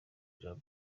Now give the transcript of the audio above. jean